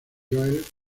joel